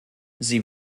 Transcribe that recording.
sie